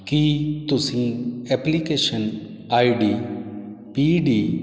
ਕੀ ਤੁਸੀਂ application I D P D